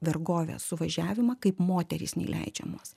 vergovės suvažiavimą kaip moterys neįleidžiamos